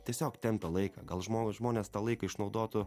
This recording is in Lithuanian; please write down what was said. tiesiog tempia laiką gal žmo žmonės tą laiką išnaudotų